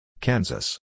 Kansas